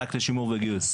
המענק לשימור וגיוס.